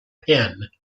penn